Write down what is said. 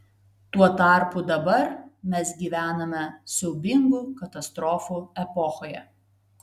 tuo tarpu dabar mes gyvename siaubingų katastrofų epochoje